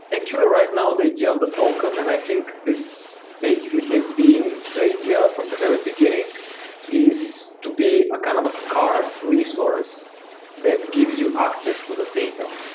actually right now they do have the token. and i think this basically has been the idea from the very beginning is to be kind of a scarce resource that gives you access to the data.